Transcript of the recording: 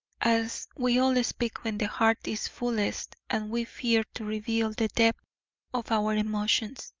as we all speak when the heart is fullest and we fear to reveal the depth of our emotions.